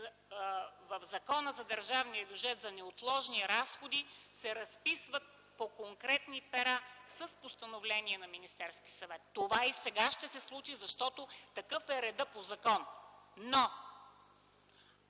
в Закона за държавния бюджет за неотложни разходи, се разписват по конкретни пера с постановление на Министерския съвет. Това и сега ще се случи, защото такъв е редът по закон. От